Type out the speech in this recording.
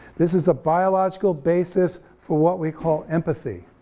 this is the biological basis for what we call empathy.